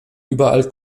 überall